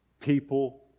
People